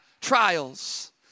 trials